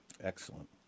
Excellent